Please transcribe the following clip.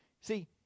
See